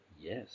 yes